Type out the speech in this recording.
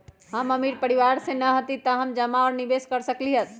हम अमीर परिवार से न हती त का हम जमा और निवेस कर सकली ह?